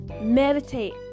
meditate